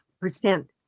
percent